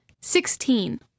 Sixteen